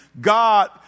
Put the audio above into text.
God